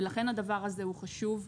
לכן הדבר הזה הוא חשוב.